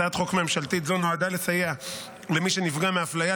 בקריאה השנייה והשלישית.